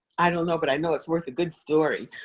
i don't know, but i know it's worth a good story.